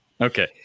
Okay